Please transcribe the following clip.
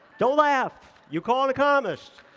don't laugh, you call an economist.